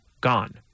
gone